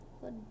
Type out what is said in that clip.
good